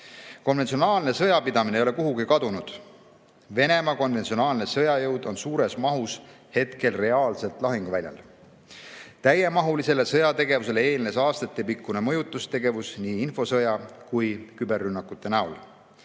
Konventsionaalne sõjapidamine ei ole kuhugi kadunud. Venemaa konventsionaalne sõjajõud on hetkel suures mahus reaalselt lahinguväljal. Täiemahulisele sõjategevusele eelnes aastatepikkune mõjutustegevus nii infosõja kui ka küberrünnakutena.